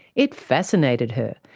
it fascinated her,